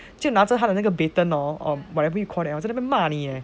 就拿着他的那个 baton hor or whatever you call 一直在那边骂你 eh